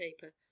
paper